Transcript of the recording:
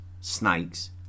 snakes